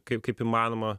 kaip kaip įmanoma